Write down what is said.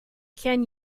can